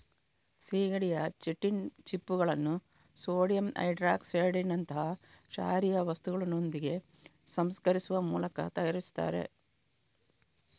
ಸೀಗಡಿಯ ಚಿಟಿನ್ ಚಿಪ್ಪುಗಳನ್ನ ಸೋಡಿಯಂ ಹೈಡ್ರಾಕ್ಸೈಡಿನಂತಹ ಕ್ಷಾರೀಯ ವಸ್ತುವಿನೊಂದಿಗೆ ಸಂಸ್ಕರಿಸುವ ಮೂಲಕ ತಯಾರಿಸ್ತಾರೆ